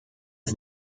uns